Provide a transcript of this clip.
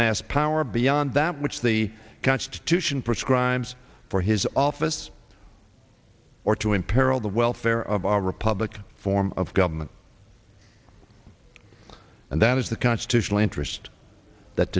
amass power beyond that which the constitution prescribes for his office or to imperil the welfare of our republic form of government and that is the constitutional interest that